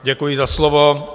Děkuji za slovo.